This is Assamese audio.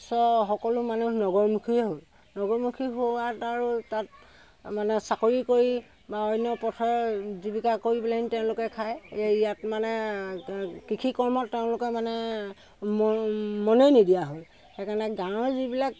ওচৰৰ সকলো মনুহ নগৰমুখীয়ে হ'ল নগৰমুখী হোৱাত আৰু তাত মানে চাকৰি কৰি বা অন্য পথে জীৱিকা কৰি পেলাই নি তেওঁলোকে খাই এই ইয়াত মানে কৃষি কৰ্মত তেওঁলোকে মানে ম মনেই নিদিয়া হ'ল সেইকাৰণে গাঁও যিবিলাক